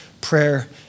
prayer